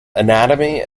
anatomy